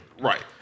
Right